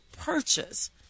purchase